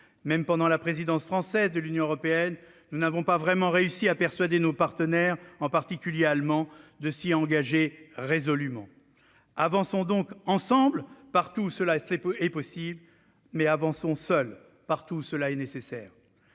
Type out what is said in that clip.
Même pendant la Présidence française de l'Union européenne, nous n'avons pas vraiment réussi à persuader nos partenaires, en particulier allemands, de s'y engager résolument. Avançons donc ensemble partout où cela est possible, mais avançons seuls partout où cela est nécessaire.